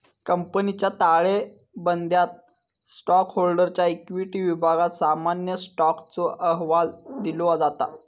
कंपनीच्या ताळेबंदयात स्टॉकहोल्डरच्या इक्विटी विभागात सामान्य स्टॉकचो अहवाल दिलो जाता